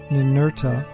Ninurta